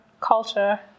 culture